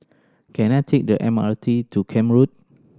can I take the M R T to Camp Road